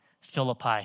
Philippi